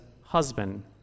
husband